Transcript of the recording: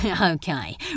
Okay